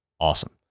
Awesome